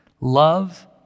Love